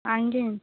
آئیں گے